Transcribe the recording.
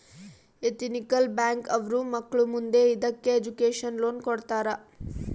ethical bank ಅವ್ರು ಮಕ್ಳು ಮುಂದೆ ಇದಕ್ಕೆ ಎಜುಕೇಷನ್ ಲೋನ್ ಕೊಡ್ತಾರ